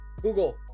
Google